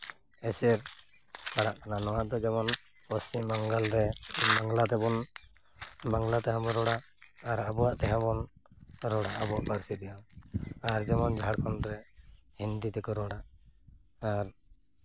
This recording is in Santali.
ᱮᱥᱮᱨ ᱯᱟᱲᱟᱜ ᱠᱟᱱᱟ ᱱᱚᱣᱟ ᱫᱚ ᱡᱮᱢᱚᱱ ᱯᱚᱪᱷᱤᱢ ᱵᱟᱝᱜᱟᱞ ᱨᱮ ᱵᱟᱝᱞᱟ ᱛᱮᱵᱚᱱ ᱵᱟᱝᱞᱟ ᱛᱮᱦᱚᱸ ᱵᱚᱱ ᱨᱚᱲᱟ ᱟᱵᱚᱣᱟᱜ ᱛᱮᱦᱚᱸ ᱵᱚᱱ ᱨᱚᱲᱟ ᱟᱵᱚᱣᱟᱜ ᱯᱟᱹᱨᱥᱤ ᱛᱮᱦᱚᱸ ᱟᱨ ᱡᱮᱢᱚᱱ ᱡᱷᱟᱲᱠᱷᱚᱸᱰ ᱨᱮ ᱦᱤᱱᱫᱤ ᱛᱮᱠᱚ ᱨᱚᱲᱟ ᱟᱨ